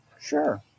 Sure